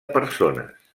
persones